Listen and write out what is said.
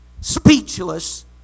speechless